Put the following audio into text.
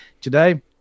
Today